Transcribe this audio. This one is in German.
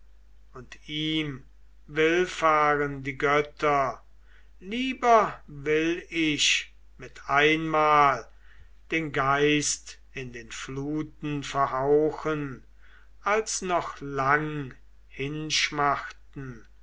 und ihm willfahren die götter lieber will ich mit einmal den geist in den fluten verhauchen als noch lang hinschmachten